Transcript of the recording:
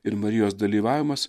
ir marijos dalyvavimas